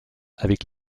avec